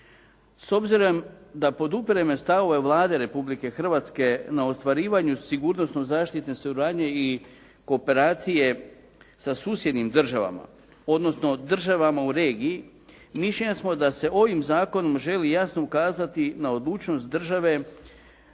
S obzirom da podupiremo stavove Vlade Republike Hrvatske na ostvarivanju sigurnosno-zaštitne suradnje i kooperacije sa susjednim državama, odnosno državama u regiji mišljenja smo da se ovim zakonom želi jasno ukazati na odlučnost države